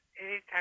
Anytime